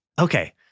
Okay